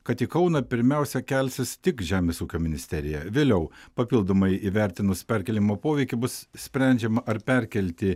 kad į kauną pirmiausia kelsis tik žemės ūkio ministerija vėliau papildomai įvertinus perkėlimo poveikį bus sprendžiama ar perkelti